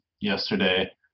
yesterday